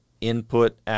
input